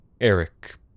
Eric